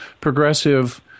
progressive